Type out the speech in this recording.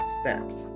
Steps